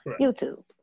YouTube